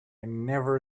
never